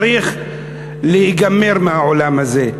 צריך להיגמר מהעולם הזה.